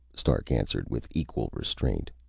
stark answered with equal restraint,